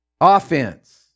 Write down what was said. offense